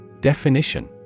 Definition